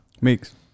Meeks